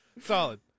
Solid